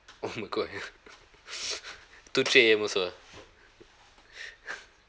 oh my god ya two three A_M also ah